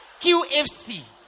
QFC